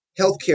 healthcare